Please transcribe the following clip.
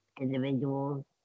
individuals